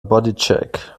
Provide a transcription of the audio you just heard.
bodycheck